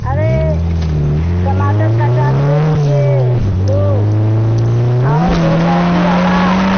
अरे टमाटर का चाट दे दीजिये दो और दो लौकी वाला